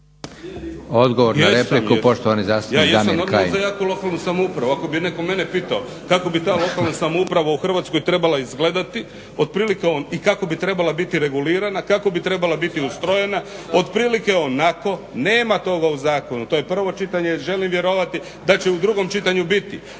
Odgovor na repliku, poštovani zastupnik Damir Kajin.